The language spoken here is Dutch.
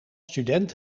student